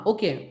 Okay